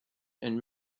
and